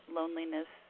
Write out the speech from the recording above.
loneliness